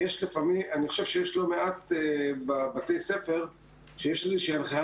אני חושב שיש לא מעט בתי ספר עם איזושהי הנחיה